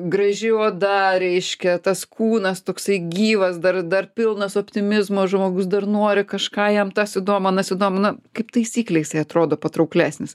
graži oda reiškia tas kūnas toksai gyvas dar dar pilnas optimizmo žmogus dar nori kažką jam tas įdomu anas įdomu na kaip taisyklė jisai atrodo patrauklesnis